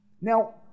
Now